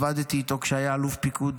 עבדתי איתו כשהיה אלוף פיקוד